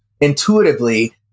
intuitively